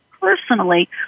personally